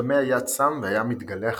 הטמא היה צם והיה מתגלח,